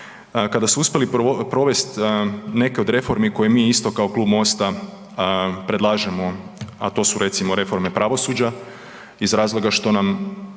kada su uspjeli provest neke od reformi koje mi isto kao klub Mosta predlažemo, a to su recimo reforme pravosuđa iz razloga što nam